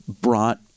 brought